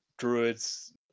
Druids